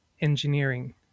engineering